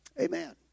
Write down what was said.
Amen